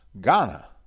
Ghana